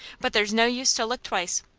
but there's no use to look twice,